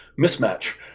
mismatch